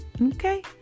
Okay